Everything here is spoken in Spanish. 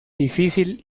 difícil